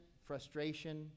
frustration